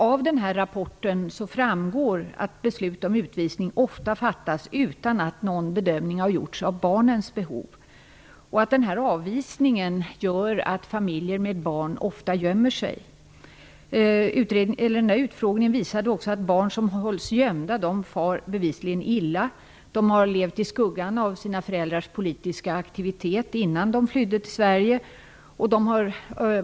Av rapporten framgår att beslut om utvisning ofta fattas utan att någon bedömning har gjorts av barnens behov, och att avvisningsbeslutet kan medföra att familjer med barn ofta gömmer sig. Utfrågningen visade också att barn som hålls gömda bevisligen far illa. De har levt i skuggan av sina föräldrars politiska aktivitet innan de flydde till Sverige.